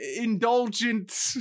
indulgent